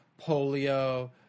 polio